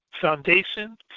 foundation